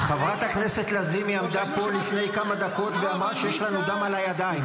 חברת הכנסת לזימי עמדה פה לפני כמה דקות ואמרה שיש לנו דם על הידיים.